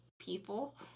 people